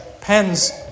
pens